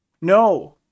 no